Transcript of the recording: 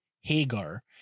Hagar